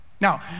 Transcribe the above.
Now